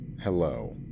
Hello